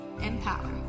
empower